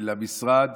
למשרד